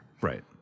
Right